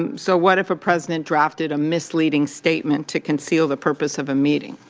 and so what if a president drafted a misleading statement to conceal the purpose of a meeting?